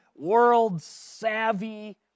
world-savvy